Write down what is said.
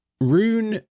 Rune